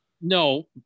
No